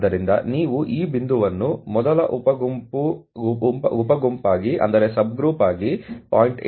ಆದ್ದರಿಂದ ನೀವು ಈ ಬಿಂದುವನ್ನು ಮೊದಲ ಉಪ ಗುಂಪಾಗಿ 0